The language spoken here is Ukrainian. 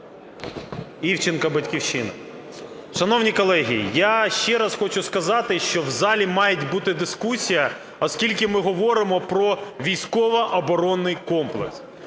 Івченко, "Батьківщина". Шановні колеги, я ще раз хочу сказати, що в залі має бути дискусія, оскільки ми говоримо про військово-оборонний комплекс.